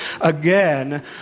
again